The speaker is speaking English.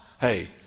hey